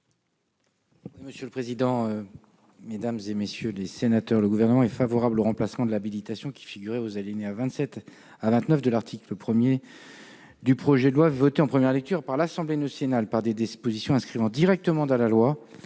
ainsi libellé : La parole est à M. le ministre. Le Gouvernement est favorable au remplacement de l'habilitation qui figurait aux alinéas 27 à 29 de l'article 1 du projet de loi voté en première lecture à l'Assemblée nationale par des dispositions inscrivant directement dans la loi